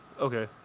Okay